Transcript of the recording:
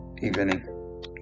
evening